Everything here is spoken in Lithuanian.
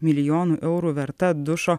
milijonų eurų verta dušo